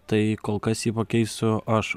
tai kol kas jį pakeisiu aš